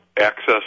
access